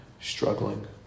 struggling